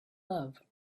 love